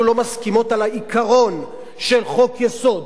לא מסכימות על העיקרון של חוק-יסוד,